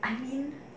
I mean